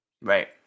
Right